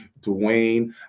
Dwayne